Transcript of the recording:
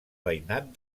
veïnat